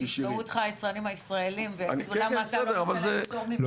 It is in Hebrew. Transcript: כשישאלו אותך היצרנים הישראלים למה אתה לא נותן פטור ממע"מ --- כן,